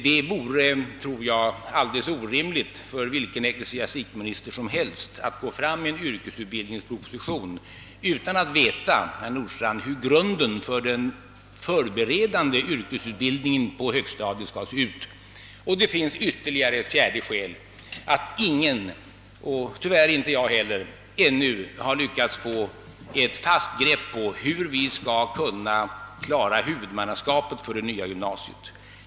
Jag tror att det vore alldeles orimligt för vilken ecklesiastikminister som helst att lägga fram en yrkesutbildningsproposition utan att veta, herr Nordstrandh, hur grunden för den förberedande yrkesutbildningen på högstadiet skall se ut. För det fjärde har ingen — tyvärr inte jag heller — ännu lyckats få ett fast grepp på hur vi skall kunna klara huvudmannaskapet för det nya gymnasiet.